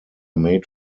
made